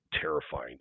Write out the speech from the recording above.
terrifying